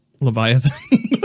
Leviathan